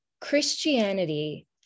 Christianity